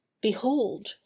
behold